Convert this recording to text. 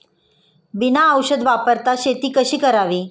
बिना औषध वापरता शेती कशी करावी?